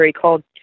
called